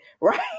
right